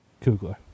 Kugler